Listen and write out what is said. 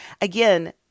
Again